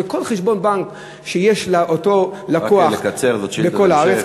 לכל חשבון בנק שיש לאותו לקוח בכל הארץ,